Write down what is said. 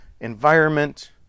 environment